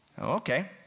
Okay